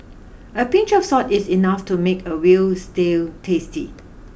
a pinch of salt is enough to make a veal stew tasty